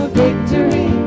victory